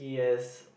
yes